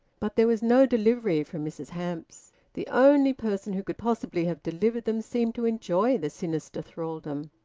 but there was no delivery from mrs hamps. the only person who could possibly have delivered them seemed to enjoy the sinister thraldom.